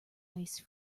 ice